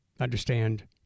understand